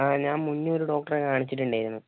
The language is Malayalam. ആ ഞാൻ മുന്നേ ഒരു ഡോക്ടറെ കാണിച്ചിട്ടുണ്ടായിരുന്നു